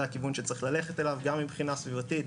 הכיוון שצריך ללכת אליו גם מבחינה סביבתית,